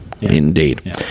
Indeed